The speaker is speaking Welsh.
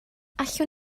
allwn